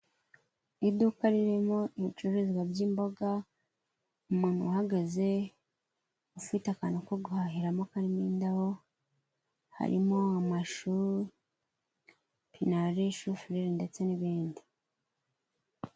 Iduka ririmo ibicuruzwa by'imboga, umuntu uhagaze ufite akantu ko guhahiramo karimo indabo, harimo amashu, pinari, shufureri ndetse n'ibindi.